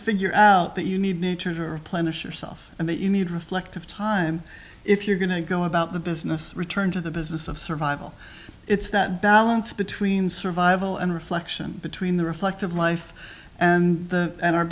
figure out that you need nature to replenish yourself and that you need reflective time if you're going to go about the business return to the business of survival it's that balance between survival and reflection between the reflective life and the and our